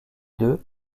deux